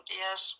yes